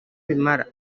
bimara